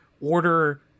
order